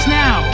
now